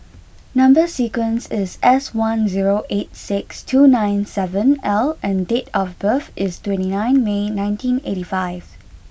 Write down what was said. number sequence is S one zero eight six two nine seven L and date of birth is twenty nine May nineteen eighty five